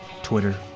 Twitter